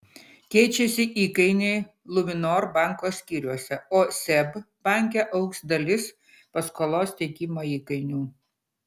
keičiasi įkainiai luminor banko skyriuose o seb banke augs dalis paskolos teikimo įkainių